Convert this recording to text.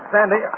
Sandy